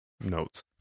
notes